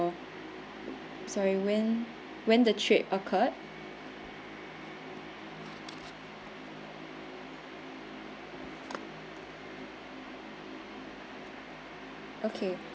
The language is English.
sorry when when the trip occurred okay